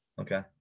okay